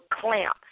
clamp